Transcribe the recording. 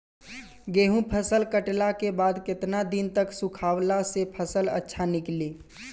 गेंहू फसल कटला के बाद केतना दिन तक सुखावला से फसल अच्छा निकली?